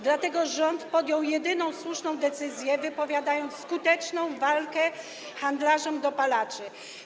Dlatego rząd podjął jedyną słuszną decyzję, wypowiadając skuteczną walkę handlarzom dopalaczy.